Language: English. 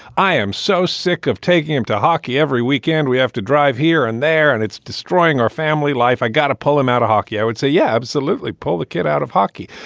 i am so sick of taking him to hockey every weekend, we have to drive here and there and it's destroying our family life. i gotta pull him out of hockey, i would say. yeah, absolutely. pull the kid out of hockey.